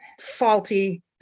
faulty